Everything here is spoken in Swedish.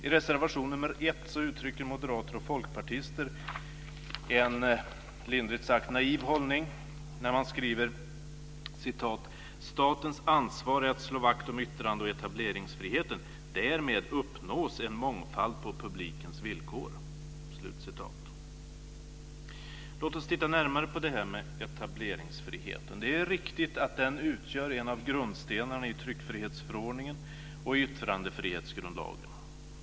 I reservation nr 1 uttrycker moderater och folkpartister en lindrigt sagt naiv hållning när man skriver: "Statens ansvar är att slå vakt om yttrandeoch etableringsfriheten. Därmed uppnås en mångfald på publikens villkor." Låt oss titta närmare på etableringsfriheten. Det är riktigt att den utgör en av grundstenarna i tryckfrihetsförordningen och yttrandefrihetsgrundlagen.